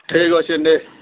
ଠିକ୍ ଅଛେ ନେ